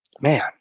man